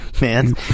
man